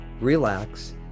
relax